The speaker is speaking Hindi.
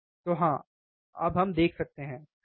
तो हाँ अब हम देख सकते हैं है ना